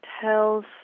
tells